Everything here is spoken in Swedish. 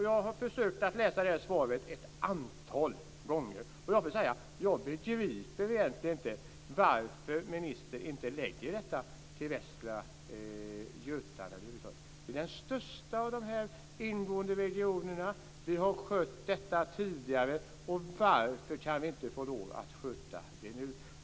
Jag har läst svaret ett antal gånger, och jag begriper inte varför ministern inte förlägger denna förvaltningsmyndighet till Västra Götaland. Det är den största av de ingående regionerna. Vi har skött detta tidigare, och varför kan vi inte få sköta det nu?